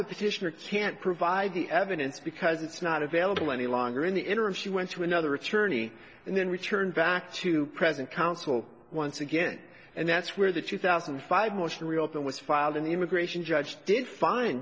the petitioner can't provide the evidence because it's not available any longer in the interim she went to another attorney and then returned back to present counsel once again and that's where the two thousand and five motion real thing was filed an immigration judge did find